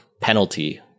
penalty